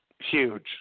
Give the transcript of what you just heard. huge